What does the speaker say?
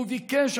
הוא ביקש,